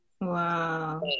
Wow